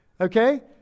okay